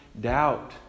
doubt